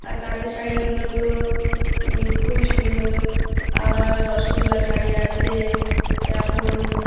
আর তাঁতের শাড়িগুলো তো খুবই সুন্দর আবার রসগোল্লা শাড়ি আছে এখন